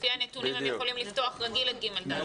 לפי הנתונים, הם יכולים לפתוח רגיל לכיתות ג'-ד'.